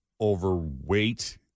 overweight